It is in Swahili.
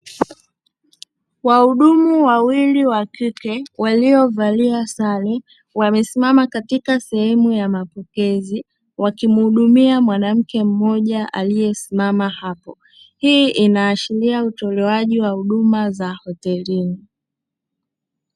Wahudumu wawili wa kike waliovalia sare wamesimama katika sehemu ya mapokezi, wakimuhudumia mwanamke mmoja aliyesimama hapo. Hii inaashiria utolewaji wa huduma za hotelini.